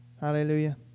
Hallelujah